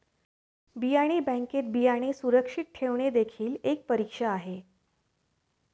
बियाणे बँकेत बियाणे सुरक्षित ठेवणे देखील एक परीक्षा आहे